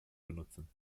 benutzen